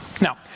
Now